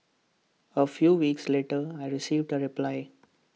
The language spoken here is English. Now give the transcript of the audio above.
A few weeks later I received A reply